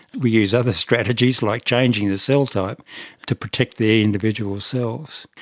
we use other strategies like changing the cell type to protect the individual cells.